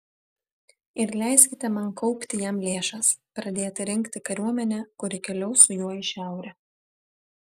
ir leiskite man kaupti jam lėšas pradėti rinkti kariuomenę kuri keliaus su juo į šiaurę